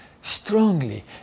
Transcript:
strongly